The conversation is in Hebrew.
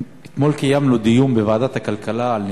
אתמול קיימנו דיון בוועדת הכלכלה על